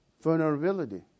vulnerability